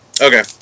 Okay